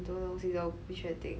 很多东西都不确定